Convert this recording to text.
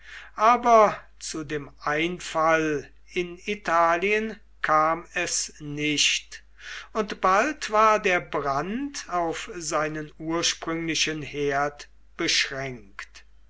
aber zu dem einfall in italien kam es nicht und bald war der brand auf seinen ursprünglichen herd beschränkt